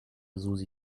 susi